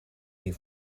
die